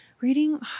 reading